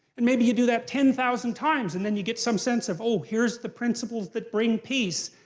and maybe you do that ten thousand times and then you get some sense of oh! here's the principles that bring peace.